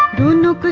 who knew